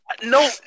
No